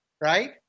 right